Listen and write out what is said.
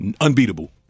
unbeatable